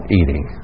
eating